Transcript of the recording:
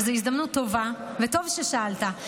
וזו הזדמנות טובה וטוב ששאלת,